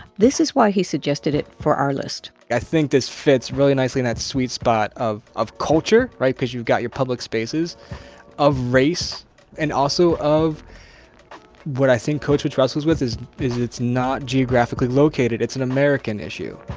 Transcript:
this is why he suggested it for our list i think this fits really nicely in that sweet spot of of culture right? because you've got your public spaces of race and also of what i think code switch wrestles with is is it's not geographically located. it's an american issue,